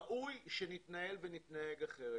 ראוי שנתנהל ונתנהג אחרת.